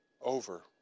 over